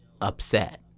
upset